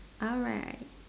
alright